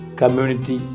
community